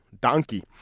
donkey